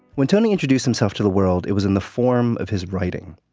when tony introduced himself to the world, it was in the form of his writing.